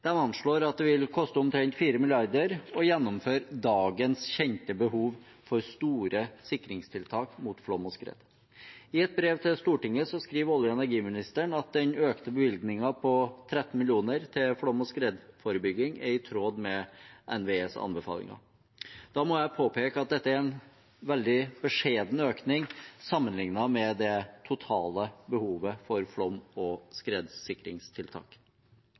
anslår at det vil koste omtrent 4 mrd. kr å gjennomføre dagens kjente behov for store sikringstiltak mot flom og skred. I et brev til Stortinget skriver olje- og energiministeren at den økte bevilgningen på 13 mill. kr til flom- og skredforebygging er i tråd med NVEs anbefalinger. Da må jeg påpeke at dette er en veldig beskjeden økning sammenlignet med det totale behovet for flom- og skredsikringstiltak,